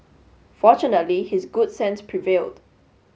fortunately his good sense prevailed